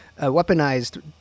weaponized